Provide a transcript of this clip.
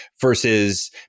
versus